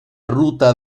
ruta